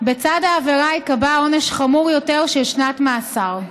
בצד העבירה ייקבע עונש חמור יותר של שנת מאסר.